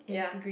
yeah